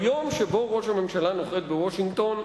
ביום שבו ראש הממשלה נוחת בוושינגטון,